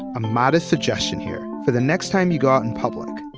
a modest suggestion here for the next time you go out in public.